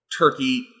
turkey